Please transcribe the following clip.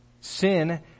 Sin